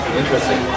interesting